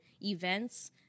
events